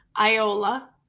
Iola